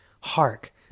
Hark